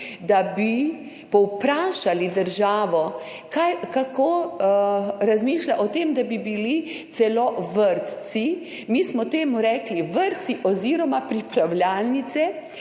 da bi povprašali državo, kako razmišlja o tem, da bi bili celo vrtci – mi smo temu rekli vrtci oziroma pripravljalnice